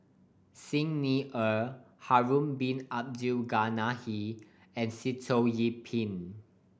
Xi Ni Er Harun Bin Abdul Ghani and Sitoh Yih Pin